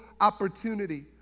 opportunity